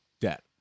debt